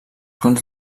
cons